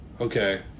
Okay